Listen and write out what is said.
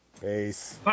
Peace